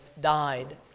died